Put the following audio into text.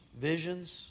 visions